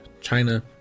China